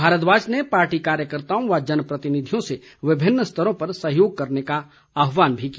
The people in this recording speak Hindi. भारद्वाज ने पार्टी कार्यकर्ताओं व जनप्रतिनिधियों से विभिन्न स्तरों पर सहयोग करने का आहवान भी किया